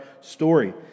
story